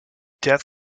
death